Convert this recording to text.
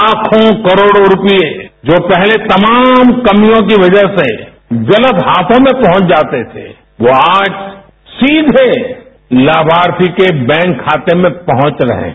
लाखों करोड़ो रुपये जो पहले तमाम कमियों की वजह से गलत हाथों में पहुंच जाते थे वो आज सीघे लाभार्थी के बैंक खाते में पहुंच रहे हैं